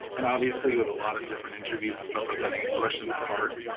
and obviously, with a lot of different interviews and stuff i've done, i get questioned that hard.